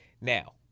now